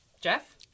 Jeff